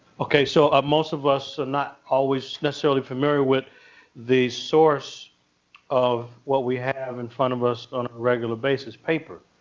so um most of us are not always necessarily familiar with the source of what we have in front of us on a regular basis, paper.